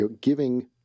giving